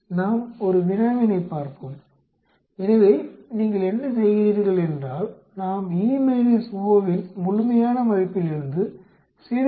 நாம் ஒரு வினாவினைப் பார்ப்போம் எனவே நீங்கள் என்ன செய்கிறீர்கள் என்றால் நாம் E O இன் முழுமையான மதிப்பிலிருந்து 0